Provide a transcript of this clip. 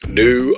new